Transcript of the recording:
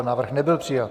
Návrh nebyl přijat.